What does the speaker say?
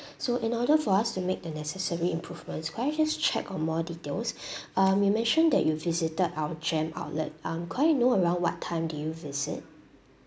so in order for us to make the necessary improvements could I just check on more details um you mentioned that you visited our gem outlet um could I know around what time did you visit